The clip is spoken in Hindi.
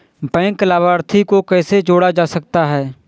बैंक लाभार्थी को कैसे जोड़ा जा सकता है?